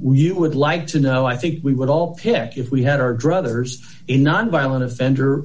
we would like to know i think we would all pick if we had our druthers a nonviolent offender